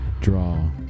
draw